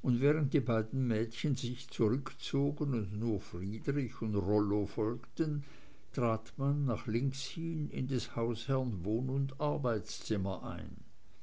und während sich die beiden mädchen zurückzogen und nur friedrich und rollo folgten trat man nach links hin in des hausherrn wohn und arbeitszimmer ein